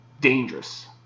dangerous